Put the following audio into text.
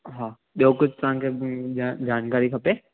हा ॿियो कुझु तव्हांखे जानकारी खपे